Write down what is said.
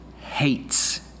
hates